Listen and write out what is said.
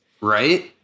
Right